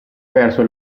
perso